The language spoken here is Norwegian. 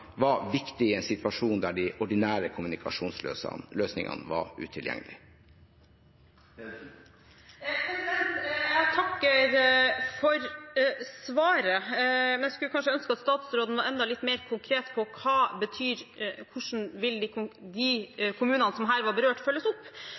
var viktig i en situasjon der de ordinære kommunikasjonsløsningene var utilgjengelige. Jeg takker for svaret, men jeg skulle kanskje ønske at statsråden var enda litt mer konkret på hvordan de kommunene som her var berørt, vil